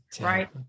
right